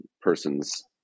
persons